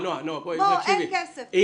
אין כסף.